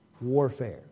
warfare